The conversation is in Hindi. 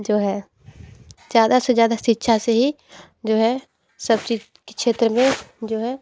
जो है ज़्यादा से ज़्यादा शिक्षा से ही जो है सब चीज के क्षेत्र में जो है